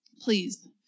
Please